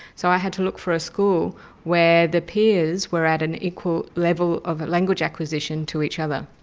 so i had to look for a school where the peers were at an equal level of language acquisition to each other.